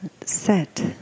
set